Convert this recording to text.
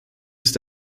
ist